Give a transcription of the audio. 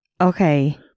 Okay